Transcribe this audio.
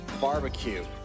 Barbecue